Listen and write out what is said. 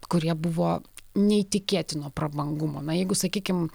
kurie buvo neįtikėtino prabangumo na jeigu sakykim